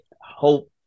hope